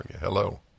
Hello